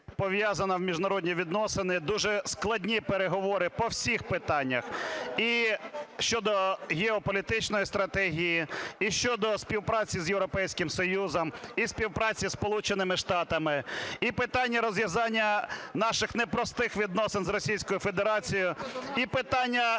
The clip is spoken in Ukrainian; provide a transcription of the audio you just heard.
пов'язана в міжнародні відносини, дуже складні переговори по всіх питаннях і щодо геополітичної стратегії, і щодо співпраці з Європейським Союзом, і співпраці із Сполученими Штатами, і питання розв'язання наших непростих відносин з Російською